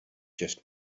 just